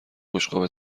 بشقاب